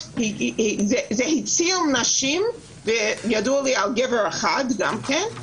זה הציל נשים, וידוע לי על גבר אחד גם כן,